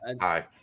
Hi